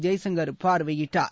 ஜெய்சங்கர் பார்வையிட்டார்